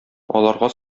аларга